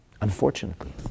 unfortunately